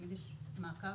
תמיד יש מעקב